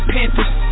Panthers